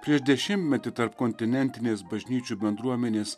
prieš dešimtmetį tarpkontinentinės bažnyčių bendruomenės